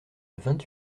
vingt